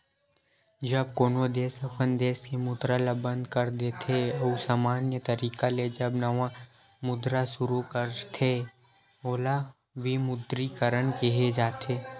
जब कोनो देस अपन देस के मुद्रा ल बंद कर देथे अउ समान्य तरिका ले जब नवा मुद्रा सुरू करथे ओला विमुद्रीकरन केहे जाथे